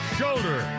shoulder